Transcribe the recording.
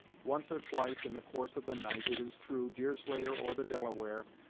once, or twice, in the course of the night, it is true, deerslayer or the delaware,